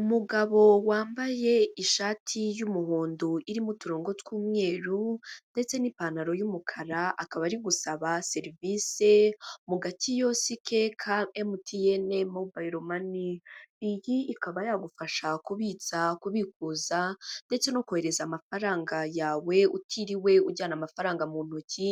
Umugabo wambaye ishati y'umuhondo irimo uturongo tw'umweru, ndetse n'ipantaro y'umukara, akaba ari gusaba serivisi mu gakiyosike ka emutiyeni mobiro mani. Iyi ikaba yagufasha kubitsa, kubikuza ndetse no kohereza amafaranga yawe utiriwe ujyana amafaranga mu ntoki